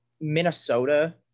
Minnesota